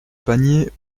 panier